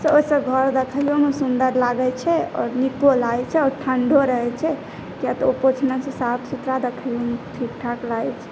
ओहिसँ घर देखैओमे सुन्दर लागैत छै आओर नीको लागैत छै आओर ठण्डो रहैत छै किआक तऽ ओ पोछनासँ साफ सुथड़ा देखैओमे ठीकठाक लागैत छै